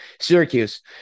Syracuse